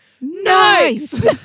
Nice